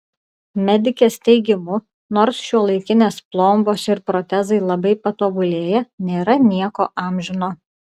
medikės teigimu nors šiuolaikinės plombos ir protezai labai patobulėję nėra nieko amžino